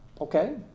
Okay